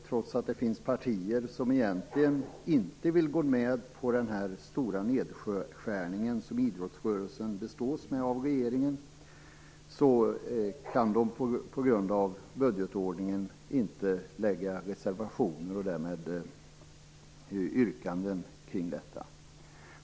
Trots att det finns partier som egentligen inte vill gå med på den stora nedskärning idrottsrörelsen bestås med av regeringen, så kan de på grund av budgetordningen inte lägga fram reservationer, och därmed inte heller göra yrkanden, kring detta.